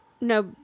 No